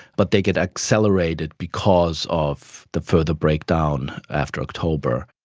but they get accelerated because of the further breakdown after october.